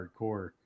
hardcore